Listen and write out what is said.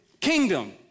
kingdom